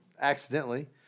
accidentally